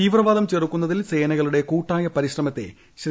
തീവ്രവാദം ചെറുക്കുന്നതിൽ സേനകളുടെ കൂട്ടായ പരിശ്രമത്തെ ശ്രീ